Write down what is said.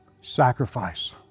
sacrifice